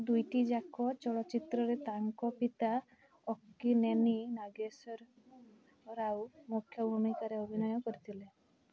ଦୁଇଟି ଯାକ ଚଳଚ୍ଚିତ୍ରରେ ତାଙ୍କ ପିତା ଅକ୍କିନେନୀ ନାଗେଶ୍ୱର ରାଓ ମୁଖ୍ୟ ଭୂମିକାରେ ଅଭିନୟ କରିଥିଲେ